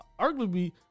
arguably